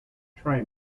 try